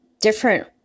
different